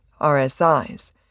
RSIs